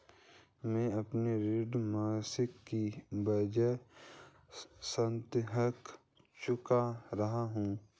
मैं अपना ऋण मासिक के बजाय साप्ताहिक चुका रहा हूँ